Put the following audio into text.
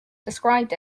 described